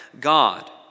God